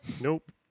Nope